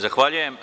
Zahvaljujem.